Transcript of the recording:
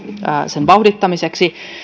sen vauhdittamiseksi